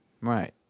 right